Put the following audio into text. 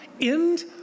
end